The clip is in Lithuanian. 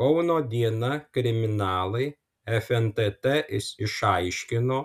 kauno diena kriminalai fntt išaiškino